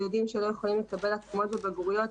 ילדים שלא יכולים לקבל התאמות בבגרויות,